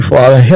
Father